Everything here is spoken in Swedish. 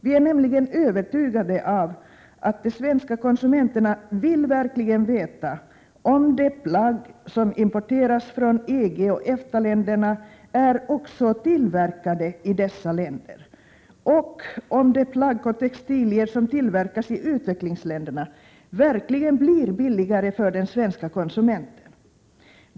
Vi är nämligen övertygade om att de svenska konsumenterna verkligen vill veta om de plagg som importeras från EG och EFTA-länderna också är tillverkade i dessa länder och om de plagg och textilier som tillverkas i utvecklingsländerna verkligen blir billigare för den svenska konsumenten.